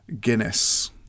guinness